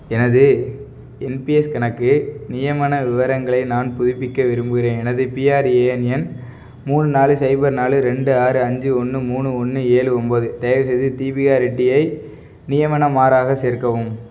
எனது என்பிஎஸ் கணக்கு நியமன விவரங்களை நான் புதுப்பிக்க விரும்புகிறேன் எனது பிஆர்ஏஎன் எண் மூணு நாலு சைபர் நாலு ரெண்டு ஆறு அஞ்சு ஒன்று மூணு ஒன்று ஏழு ஒம்பது தயவுசெய்து தீபிகா ரெட்டியை நியமனமாராக சேர்க்கவும்